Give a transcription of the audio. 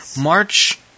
March